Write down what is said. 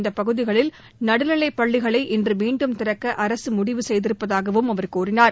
இந்த பகுதிகளில் நடுநிலைப்பள்ளிகளை இன்ற மீண்டும் திறக்க அரசு முடிவு செய்திருப்பதாகவும் அவர் கூறினார்